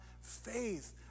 faith